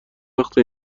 وقته